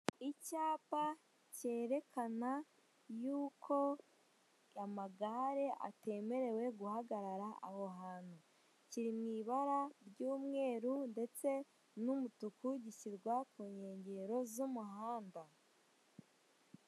Icyapa cyerekana yuko amagare atemerewe guhagarara aho hantu kiri mu ibara ry'umweru ndetse n'umutuku gishyirwa ku nkengero z'umuhanda .